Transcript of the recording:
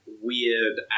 weird